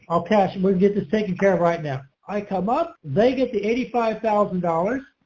i'll cash we'll get this taken care of right now, i come up, they get the eighty five thousand dollars.